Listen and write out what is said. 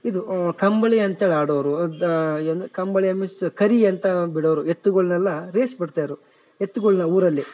ಇದು ಕಂಬ್ಳಿ ಅಂತ ಆಡೋರು ಕಂಬಳಿಯ ಮಿಸ್ ಕರಿ ಅಂತ ಬಿಡೋರು ಎತ್ತುಗುಳ್ನೆಲ್ಲ ರೇಸ್ ಬಿಡ್ತರು ಎತ್ತುಗುಳ್ನ ಊರಲ್ಲಿ